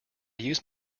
use